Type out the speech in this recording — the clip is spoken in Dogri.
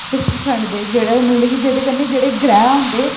ते छंडदे जेह्ड़ा मतलब कि जेह्दे कन्नै जेह्ड़े ग्रैह् होंदे